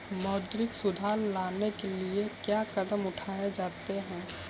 मौद्रिक सुधार लाने के लिए क्या कदम उठाए जाते हैं